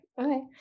okay